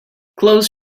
close